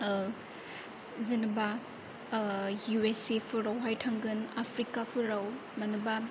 जेनेबा U S A फोरावहाय थांगोन आफ्रिकाफोराव मानोबा